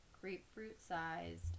grapefruit-sized